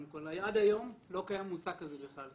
עד היום לא קיים מושג כזה בכלל.